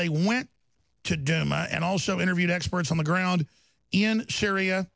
they went to dim and also interviewed experts on the ground in syria